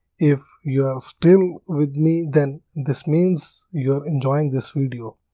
if you are still with me then this means you are enjoying this video.